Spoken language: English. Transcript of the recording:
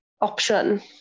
option